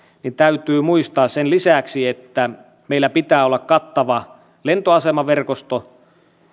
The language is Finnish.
niin sen lisäksi että meillä pitää olla kattava lentoasemaverkosto